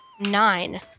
nine